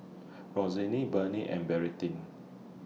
Roxanne Burnell and Meredith